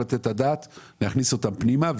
שצריך להכניס אותם פנימה.